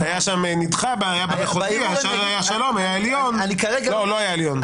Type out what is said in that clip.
נדחה, היה במחוזי, היה בשלום, לא היה עליון.